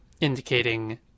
indicating